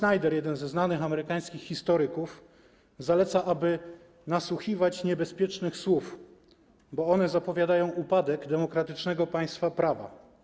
Timothy Snyder, jeden ze znanych amerykańskich historyków, zaleca, aby nasłuchiwać niebezpiecznych słów, bo one zapowiadają upadek demokratycznego państwa prawa.